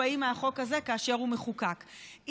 מאז כבר